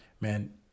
man